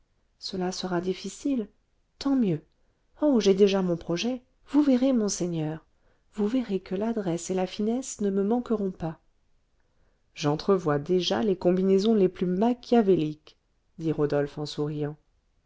cela sera difficile tant mieux oh j'ai déjà mon projet vous verrez monseigneur vous verrez que l'adresse et la finesse ne me manqueront pas j'entrevois déjà les combinaisons les plus machiavéliques dit rodolphe en souriant